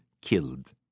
killed